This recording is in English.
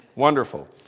Wonderful